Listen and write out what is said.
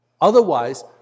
Otherwise